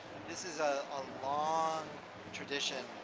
this is a ah long tradition,